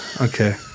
Okay